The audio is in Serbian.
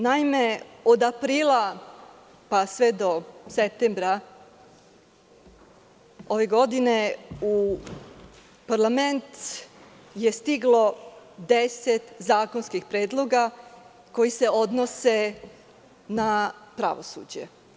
Naime, od aprila pa sve do septembra ove godine, u parlament je stiglo 10 zakonskih predloga koji se odnose na pravosuđe.